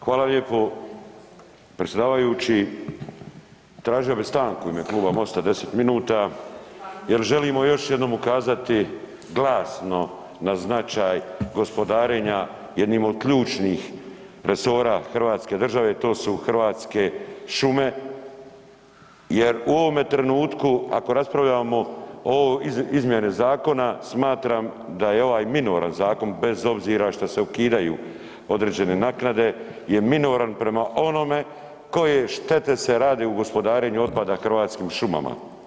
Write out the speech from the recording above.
Hvala lijepo predsjedavajući, tražio bi stanku u ime kluba MOST-a 10 min jer želimo još jednom ukazati glasno na značajno gospodarenja jednim od ključnih resora hrvatske države a to su hrvatske šume jer u ovome trenutku ako raspravljamo o izmjeni zakona, smatram da je ovaj minoran zakon bez obzira što se ukidaju određene naknade je minoran prema onome koje štete se rade u gospodarenju otpada hrvatskim šumama.